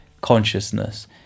consciousness